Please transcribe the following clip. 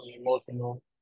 emotional